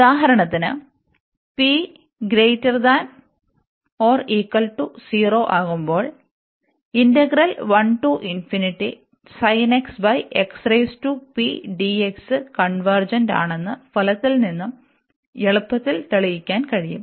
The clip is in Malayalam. ഉദാഹരണത്തിന് p 0 ആകുമ്പോൾ കൺവെർജെന്റ് ആണെന് ഫലത്തിൽനിന്ന് എളുപ്പത്തിൽ തെളിയിക്കാൻ കഴിയും